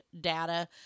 data